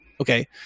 Okay